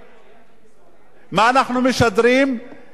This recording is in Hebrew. מה אנחנו משדרים לנוער שלנו?